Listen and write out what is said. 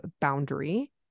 boundary